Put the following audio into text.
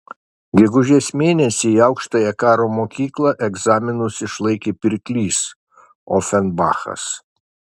gegužės mėnesį į aukštąją karo mokyklą egzaminus išlaikė pirklys ofenbachas